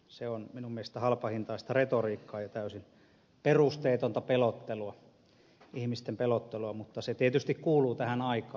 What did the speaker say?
se on minun mielestäni halpahintaista retoriikkaa ja täysin perusteetonta ihmisten pelottelua mutta se tietysti kuuluu tähän aikaan